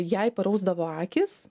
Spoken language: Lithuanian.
jei parausdavo akys